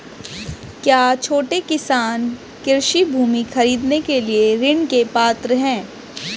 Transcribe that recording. क्या छोटे किसान कृषि भूमि खरीदने के लिए ऋण के पात्र हैं?